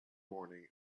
morning